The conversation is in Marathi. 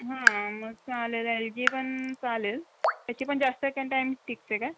हां मग चालेल एल जी पण चालेल त्याची पण जास्त टायम टाईम टिकते काय